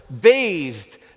bathed